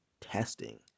testing